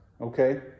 Okay